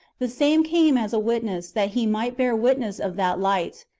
the same came as a witness, that he might bear witness of that light.